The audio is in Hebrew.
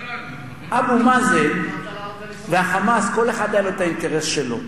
אבו מאזן וה"חמאס", כל אחד היה לו האינטרס שלו.